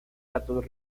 datos